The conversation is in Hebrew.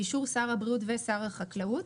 באישור שר הבריאות ושר החקלאות,